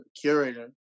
curator